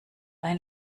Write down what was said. ein